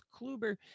Kluber